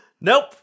Nope